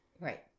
Right